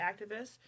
activists